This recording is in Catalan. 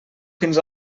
fins